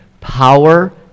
power